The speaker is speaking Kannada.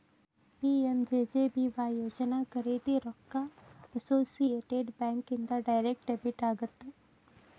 ಪಿ.ಎಂ.ಜೆ.ಜೆ.ಬಿ.ವಾಯ್ ಯೋಜನಾ ಖರೇದಿ ರೊಕ್ಕ ಅಸೋಸಿಯೇಟೆಡ್ ಬ್ಯಾಂಕ್ ಇಂದ ಡೈರೆಕ್ಟ್ ಡೆಬಿಟ್ ಆಗತ್ತ